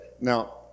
Now